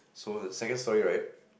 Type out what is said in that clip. so the second story right